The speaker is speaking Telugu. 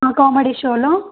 ఆ కామెడీ షోలో